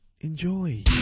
enjoy